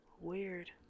Weird